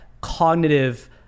cognitive